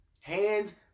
Hands